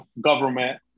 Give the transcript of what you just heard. government